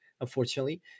unfortunately